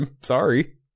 sorry